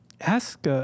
ask